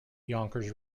yonkers